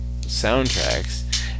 soundtracks